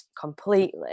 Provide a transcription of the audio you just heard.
completely